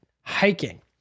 hiking